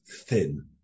thin